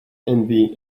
envy